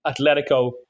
Atletico